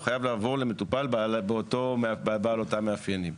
הוא חייב לעבור למטופל בעל אותם מאפיינים.